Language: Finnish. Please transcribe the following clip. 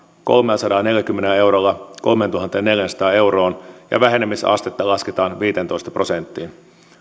kolmellasadallaneljälläkymmenellä eurolla kolmeentuhanteenneljäänsataan euroon ja vähenemisastetta lasketaan viiteentoista prosenttiin